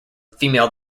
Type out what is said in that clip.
female